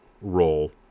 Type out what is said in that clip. role